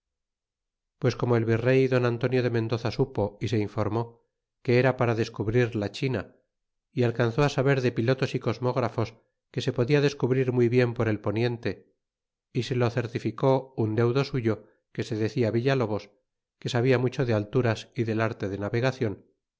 pues como el virey don antonio de mendoza supo y se informó que era para descubrir la china y alcanzó saber de pilotos y cosmgrafos que se podia descubrir muy bien por el poniente y se lo certificó un deudo suyo que se decía villalobos que sabia mucho de alturas y del arte de navegacion